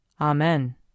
Amen